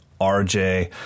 RJ